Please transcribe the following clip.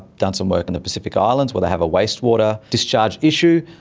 done some work in the pacific islands where they have a wastewater discharge issue.